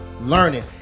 learning